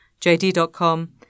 JD.com